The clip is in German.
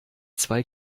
zwei